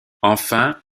enfin